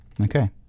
Okay